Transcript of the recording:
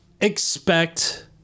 expect